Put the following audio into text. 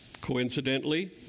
coincidentally